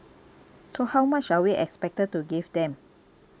so how much are we expected to give them